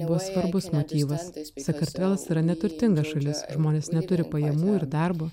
buvo svarbus motyvas sakartvelas yra neturtinga šalis žmonės neturi pajamų ir darbo